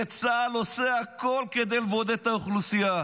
וצה"ל עושה הכול כדי לבודד את האוכלוסייה,